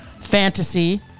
fantasy